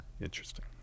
Interesting